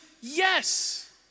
yes